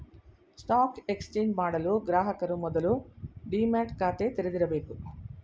stock exchange ಮಾಡಲು ಗ್ರಾಹಕರು ಮೊದಲು ಡಿಮ್ಯಾಟ್ ಖಾತೆ ತೆಗಿದಿರಬೇಕು